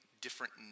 different